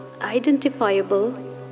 identifiable